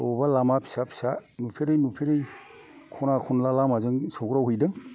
बबेबा लामा फिसा फिसा नुफेरै नुफेरै खना खनला लामाजों सौग्रावहैदों